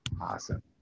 Awesome